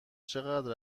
چقدر